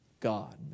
God